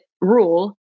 rule